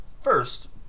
first